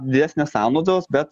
didesnės sąnaudos bet